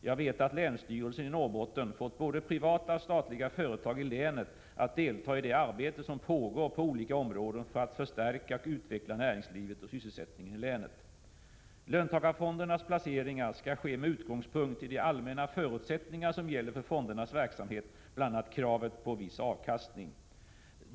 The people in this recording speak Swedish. Jag vet att länsstyrelsen i Norrbotten fått både privata och statliga företag i länet att delta i det arbete som pågår på olika områden för att förstärka och utveckla näringslivet och sysselsättningen i länet. Löntagarfondernas placeringar skall ske med utgångspunkt i de allmänna förutsättningar som gäller för fondernas verksamhet, bl.a. kravet på viss avkastning.